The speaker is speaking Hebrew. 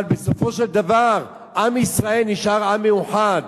אבל בסופו של דבר עם ישראל נשאר עם מאוחד.